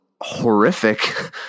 horrific